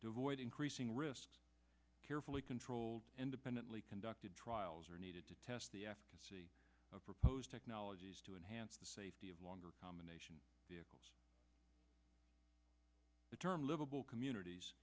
devoid increasing risk carefully controlled independently conducted trials are needed to test the efficacy of proposed technologies to enhance the safety of longer combination the term livable communities